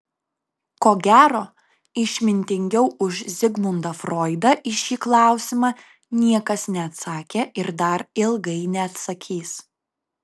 ko gero išmintingiau už zigmundą froidą į šį klausimą niekas neatsakė ir dar ilgai neatsakys